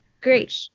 Great